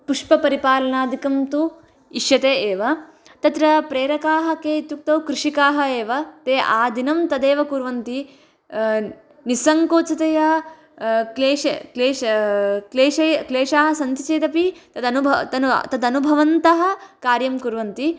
पुष्पपरिपालनादिकं तु इष्यते एव तत्र प्रेरकाः के इत्युक्तौ कृषिकाः एव ते आदिनं तदेव कुर्वन्ति निस्सङ्कोचतया क्लेश क्लेश क्लेश क्लेशाः सन्ति चेदपि तदनुभ तदनुभवन्तः कार्यं कुर्वन्ति